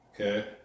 Okay